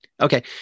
okay